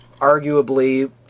arguably